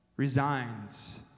resigns